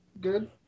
Good